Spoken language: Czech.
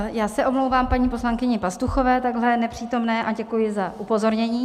Já se omlouvám paní poslankyni Pastuchové, nepřítomné, a děkuji za upozornění.